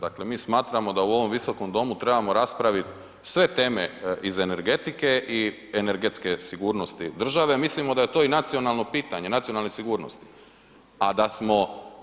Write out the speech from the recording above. Dakle, mi smatramo da u ovom visokom domu trebamo raspravit sve teme iz energetike i energetske sigurnosti države, mislimo da je to i nacionalno pitanje, nacionalne sigurnosti, a da smo 1/